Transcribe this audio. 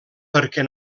perquè